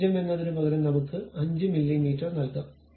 0 എന്നതിനുപകരം നമുക്ക് 5 മില്ലീമീറ്റർ നൽകാം